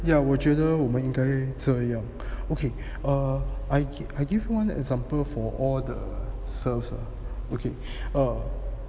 yeah 我觉得我们应该这样 okay err I I give you one example for all the serves eh okay err